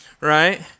right